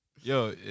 Yo